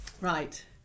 right